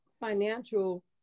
financial